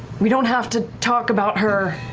we don't have to talk about her